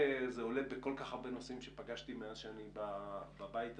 עולה בכל כך הרבה נושאים שפגשתי מאז שאני בבית הזה.